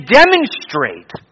demonstrate